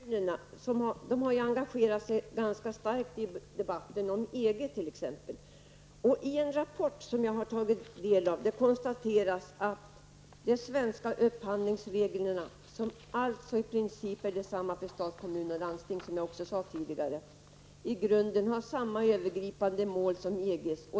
Herr talman! Kommunerna har engagerat sig ganska starkt i debatten om EG. I en rapport som jag har tagit del av konstateras att de svenska upphandlingsreglerna, som, vilket jag tidigare sade, i princip är desamma för stat, kommun och landsting, i grunden har samma övergripande mål som EGs.